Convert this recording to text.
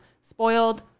spoiled